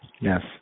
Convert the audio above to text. Yes